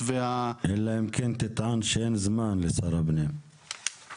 --- אלא אם כן תטען שאין זמן לשר הפנים לדווח.